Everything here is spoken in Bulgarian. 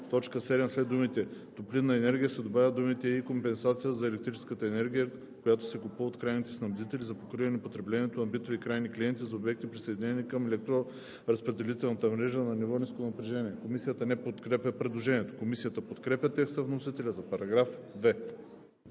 т. 7 след думите „топлинна енергия“ се добавят думите „и компенсация за електрическата енергия, която се купува от крайните снабдители за покриване потреблението на битови крайни клиенти, за обекти, присъединени към електроразпределителна мрежа, на ниво ниско напрежение“.“ Комисията не подкрепя предложението. Комисията подкрепя текста на вносителя за § 2.